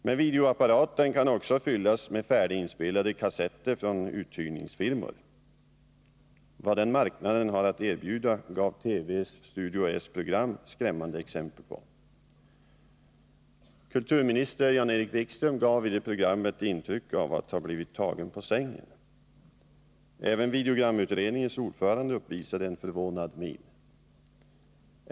Men videoapparaten kan också fyllas med färdiginspelade kassetter från uthyrningsfirmor. Vad den marknaden har att erbjuda gav TV:s Studio S program nyligen skrämmande exempel på. Kulturminister Jan-Erik Wikström gav i det programmet intryck av att ha blivit tagen på sängen. Även videogramutredningens ordförande uppvisade en förvånad min.